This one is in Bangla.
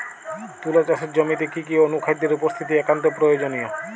তুলা চাষের জমিতে কি কি অনুখাদ্যের উপস্থিতি একান্ত প্রয়োজনীয়?